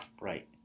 Right